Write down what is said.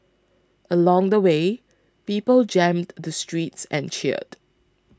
along the way people jammed the streets and cheered